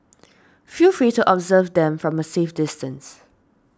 feel free to observe them from a safe distance